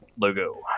logo